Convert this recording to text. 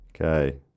Okay